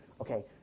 Okay